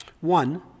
One